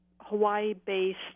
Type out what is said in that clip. Hawaii-based